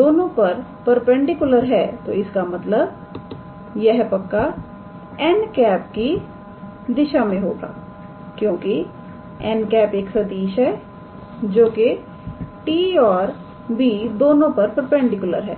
दोनों पर परपेंडिकुलर है तो इसका मतलब यह पक्का 𝑛̂ की दिशा में होगा क्योंकि 𝑛̂ एक सदिश है जोके 𝑡̂ और 𝑏̂ दोनों पर परपेंडिकुलर है